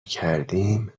کردیم